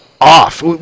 off